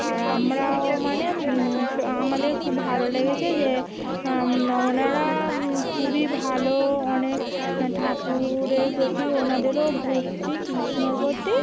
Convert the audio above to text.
আর আমরাও মানে স আমাদের খুব ভালো লেগেছে যে ওনারা খুবই ভালো অনেক ঠাকুরের প্রতি ওনাদেরও ভক্তি কৃষ্ণর প্রতি